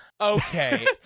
Okay